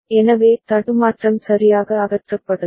எனவே தடுமாற்றம் சரியாக அகற்றப்படலாம்